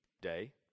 day